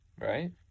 Right